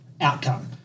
outcome